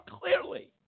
clearly